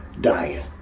diet